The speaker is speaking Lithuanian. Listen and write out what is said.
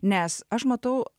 nes aš matau